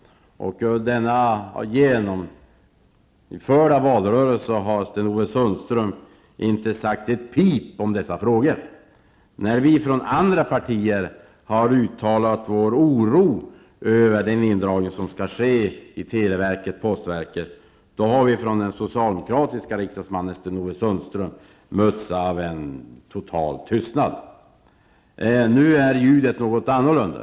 Under denna valrörelse har Sten-Ove Sundström inte sagt ett pip om dessa frågor. När vi från andra partier har uttalat vår oro över den indragning som skall ske i televerket och postverket, har vi från den socialdemokratiske riksdagsmannen Sten-Ove Sundström mötts av en total tystnad. Nu är ljudet något annorlunda.